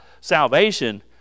salvation